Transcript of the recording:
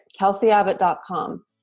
kelseyabbott.com